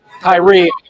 Tyree